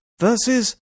versus